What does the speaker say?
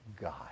God